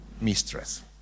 mistress